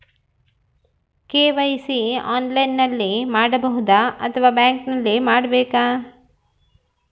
KYC ಆನ್ಲೈನಲ್ಲಿ ಮಾಡಬಹುದಾ ಅಥವಾ ಬ್ಯಾಂಕಿನಲ್ಲಿ ಮಾಡ್ಬೇಕಾ?